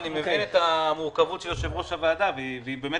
אני מבין את המורכבות של יושב-ראש הוועדה והיא מוצדקת,